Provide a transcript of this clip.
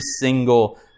single